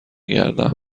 گردم